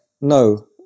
no